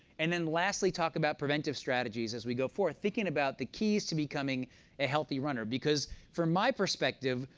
and then lastly, talk about preventive strategies as we go forth thinking about the keys to becoming a healthy runner, because from my perspective,